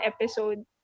episode